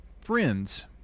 Friends